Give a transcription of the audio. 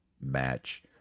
match